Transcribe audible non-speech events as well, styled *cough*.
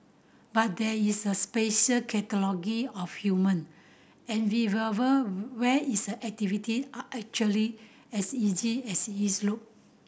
but there is a special category of human *unintelligible* where is activity are actually as easy as is look